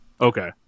Okay